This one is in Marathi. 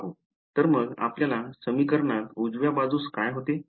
तर मग आपल्या समीकरणात उजव्या बाजूस काय होते